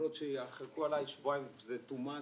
למרות שיחלקו עליי, שבועיים זה יותר מדיי.